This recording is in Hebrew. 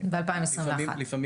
דבר